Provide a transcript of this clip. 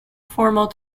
formal